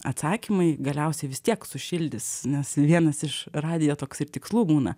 atsakymai galiausiai vis tiek sušildys nes vienas iš radijo toks ir tikslų būna